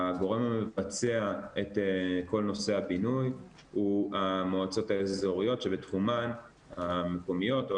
הגורם המבצע את כל נושא הבינוי הוא המועצות המקומיות או